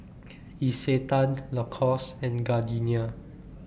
Isetan Lacoste and Gardenia